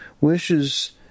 wishes